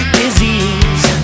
disease